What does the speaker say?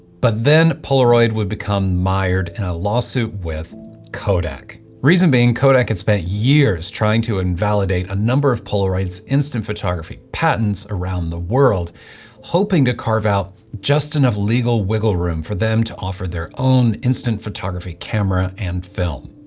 but then polaroid would become mired in a lawsuit with kodak. reason being, kodak had spent years trying to invalidate a number of polaroid's instant photography patents around the world hoping to carve out just enough legal wiggle room for them to offer their own instant photography camera and film.